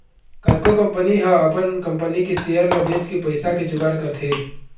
कतको कंपनी ह अपन कंपनी के सेयर ल बेचके पइसा के जुगाड़ करथे